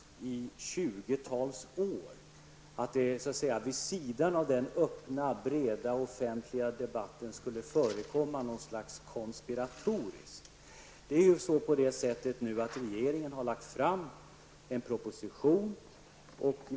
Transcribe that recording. Det är remarkabelt att misstänka att det vid sidan av denna öppna, breda och offentliga debatt skulle ha förekommit någonting konspiratoriskt. Regeringen har lagt fram en proposition.